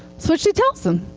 so she tells them.